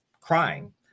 crying